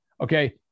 okay